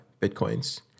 Bitcoins